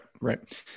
right